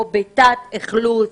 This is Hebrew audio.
או בתת אכלוס,